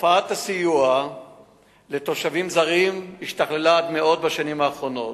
תופעת הסיוע לתושבים זרים השתכללה עד מאוד בשנים האחרונות,